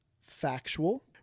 factual